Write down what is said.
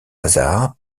lazare